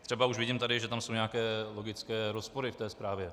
Třeba už vidím tady, že tam jsou nějaké logické rozpory v té zprávě.